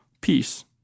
peace